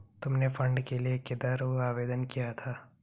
तुमने फंड के लिए किधर आवेदन किया था?